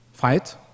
fight